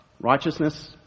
righteousness